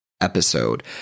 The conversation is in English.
episode